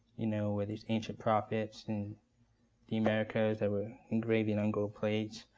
you know with its ancient prophets, in the americas that were engraving on gold plates?